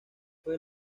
fue